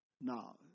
Now